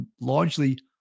largely